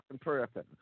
person